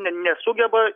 ne nesugeba